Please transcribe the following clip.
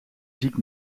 ziek